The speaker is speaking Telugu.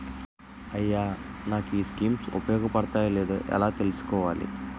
అయ్యా నాకు ఈ స్కీమ్స్ ఉపయోగ పడతయో లేదో ఎలా తులుసుకోవాలి?